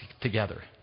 together